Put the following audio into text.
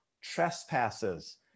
trespasses